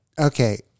Okay